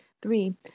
Three